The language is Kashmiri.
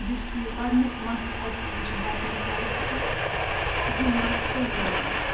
یُس یہِ گۄڈٕنیُک مَس آسان چھِ بَچَن کَلَس پٮ۪ٹھ یہِ مَس تُلناوُن